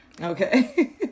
Okay